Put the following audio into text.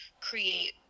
create